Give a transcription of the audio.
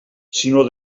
sinó